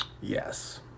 Yes